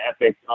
Epic